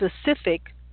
specific